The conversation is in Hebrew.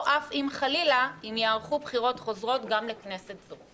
אף אם חלילה אם ייערכו בחירות חוזרות גם לכנסת זו".